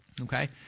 okay